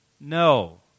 no